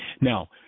Now